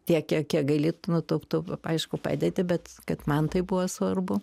tiek kiek kiek gali nu tu tu aišku padedi bet kad man tai buvo svarbu